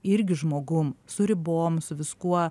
irgi žmogum su ribom su viskuo